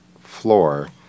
floor